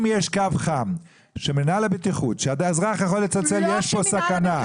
אם יש קו חם של מינהל הבטיחות ואזרח יכול לצלצל כשיש סכנה.